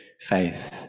faith